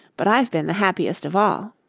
but i've been the happiest of all.